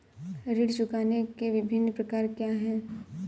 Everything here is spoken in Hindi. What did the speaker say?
ऋण चुकाने के विभिन्न प्रकार क्या हैं?